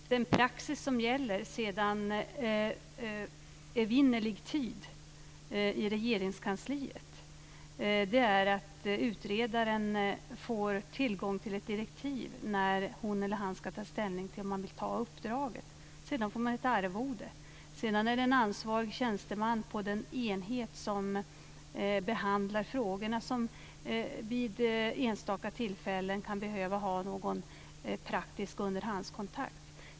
Fru talman! Den praxis som gäller sedan evinnerlig tid i Regeringskansliet är att utredaren får tillgång till ett direktiv när vederbörande ska ta ställning till om hon eller han vill ta uppdraget. Sedan får man ett arvode. En ansvarig tjänsteman på den enhet som behandlar frågorna kan sedan vid enstaka tillfällen behöva ha någon praktisk underhandskontakt.